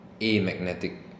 amagnetic